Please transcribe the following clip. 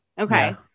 Okay